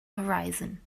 horizon